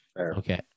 Okay